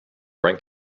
rank